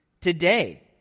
today